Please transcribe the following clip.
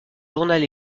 journal